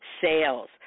sales